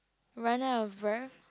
run out of breath